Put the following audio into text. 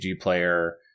Player